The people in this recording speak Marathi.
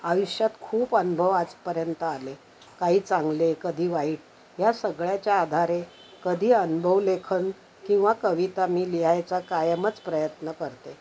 आयुष्यात खूप अनुभव आजपर्यंत आले काही चांगले कधी वाईट ह्या सगळ्याच्या आधारे कधी अनुभव लेखन किंवा कविता मी लिहायचा कायमच प्रयत्न करते